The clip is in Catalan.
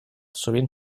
sovint